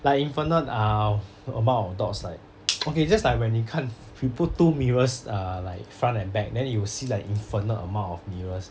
like infinite ah amount of dots like okay just like when 你看 you put two mirrors uh like front and back then you will see like infinite amount of mirrors